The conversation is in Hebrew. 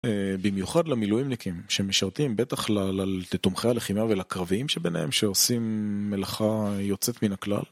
במיוחד למילואימניקים שמשרתים בטח לתומכי הלחימה ולקרביים שביניהם שעושים מלאכה יוצאת מן הכלל.